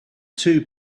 two